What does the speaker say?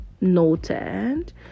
noted